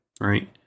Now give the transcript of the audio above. right